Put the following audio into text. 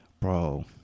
Bro